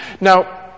Now